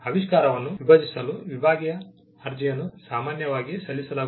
ಆವಿಷ್ಕಾರವನ್ನು ವಿಭಜಿಸಲು ವಿಭಾಗೀಯ ಅರ್ಜಿಯನ್ನು ಸಾಮಾನ್ಯವಾಗಿ ಸಲ್ಲಿಸಲಾಗುತ್ತದೆ